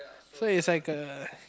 so it's like a